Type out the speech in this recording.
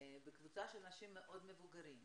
בקבוצה של אנשים מאוד מבוגרים,